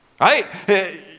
Right